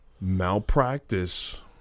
malpractice